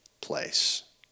place